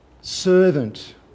servant